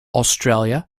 australia